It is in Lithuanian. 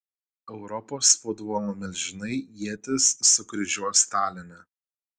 europos futbolo milžinai ietis sukryžiuos taline